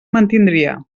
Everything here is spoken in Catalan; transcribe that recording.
mantindria